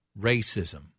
racism